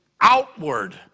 outward